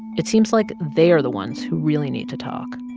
it seems like they are the ones who really need to talk.